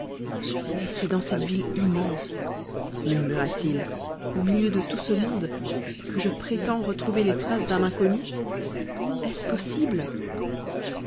et c'est dans cette ville immense murmura-t-il au milieu de tout ce monde que je prétends retrouver les traces d'un inconnu est-ce possible